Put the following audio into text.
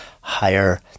higher